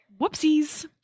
Whoopsies